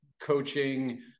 coaching